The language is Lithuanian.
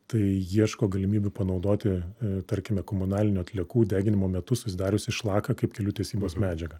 tai ieško galimybių panaudoti tarkime komunalinių atliekų deginimo metu susidariusį šlaką kaip kelių tiesybos medžiagą